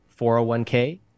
401k